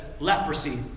Leprosy